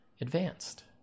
advanced